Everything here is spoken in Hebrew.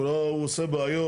הוא לא, הוא עושה בעיות.